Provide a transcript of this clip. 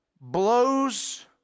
blows